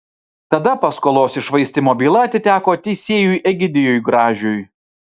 tada paskolos iššvaistymo byla atiteko teisėjui egidijui gražiui